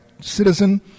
citizen